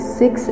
six